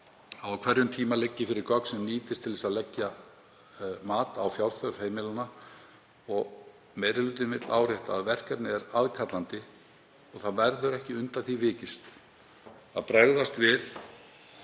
á hverjum tíma liggi fyrir gögn sem nýtist til að leggja mat á fjárþörf heimilanna. Meiri hlutinn vill árétta að verkefnið er aðkallandi. Það verður ekki undan því vikist að bregðast við